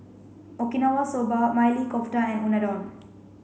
Okinawa soba Maili Kofta and Unadon